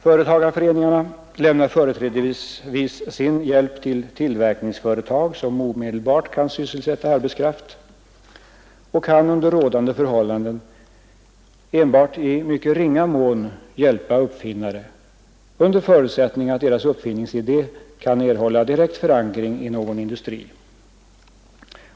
Företagarföreningarna lämnar företrädesvis sin hjälp till tillverkningsföretag, som omedelbart kan sysselsätta arbetskraft, och kan under rådande förhållanden endast i mycket ringa mån hjälpa uppfinnare — en förutsättning är att deras uppfinningsidé erhåller direkt förankring i någon industri.